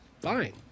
fine